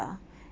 a